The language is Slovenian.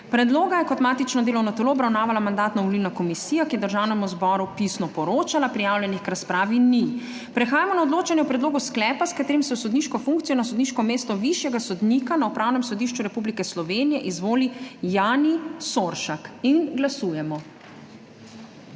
Predloga je kot matično delovno telo obravnavala Mandatno-volilna komisija, ki je Državnemu zboru pisno poročala. Prijavljenih k razpravi ni. Prehajamo na odločanje o predlogu sklepa, s katerim se v sodniško funkcijo na sodniško mesto višjega sodnika na Upravnem sodišču Republike Slovenije izvoli Jani Soršak. Glasujemo.